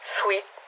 sweet